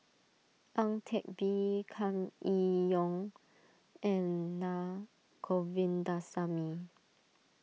Ang Teck Bee Kam Kee Yong and Naa Govindasamy